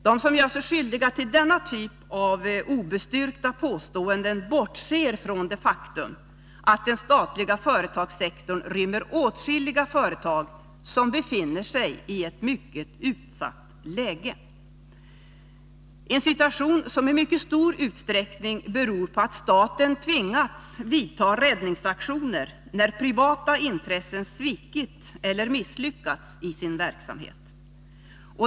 De som gör sig skyldiga till denna typ av obestyrkta påståenden bortser från det faktum att den statliga företagssektorn rymmer åtskilliga företag som befinner sig i ett mycket utsatt läge; en situation som i mycket stor 17 utsträckning beror på att staten tvingats vidta räddningsaktionen när privata intressen svikit eller misslyckats i sin verksamhet.